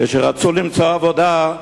כשרצו למצוא עבודה,